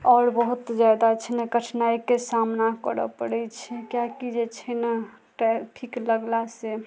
आओर बहुत जादा छै ने कठिनाइके सामना करऽ पड़ै छै किएकि जे छै ने ट्रैफिक लगला सऽ